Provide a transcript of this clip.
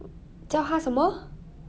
叫他什么